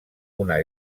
una